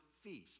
feast